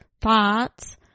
thoughts